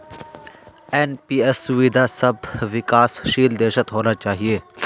NPS सुविधा सब विकासशील देशत होना चाहिए